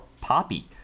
poppy